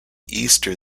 easter